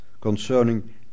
concerning